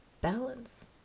balance